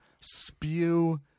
spew